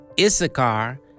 Issachar